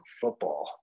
football